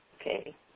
Okay